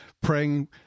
praying